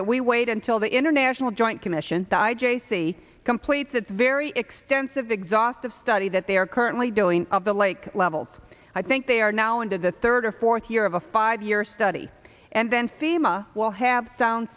that we wait until the international joint commission jacey completes its very extensive exhaustive study that they are currently doing of the lake level i think they are now into the third or fourth year of a five year study and then fema will have sound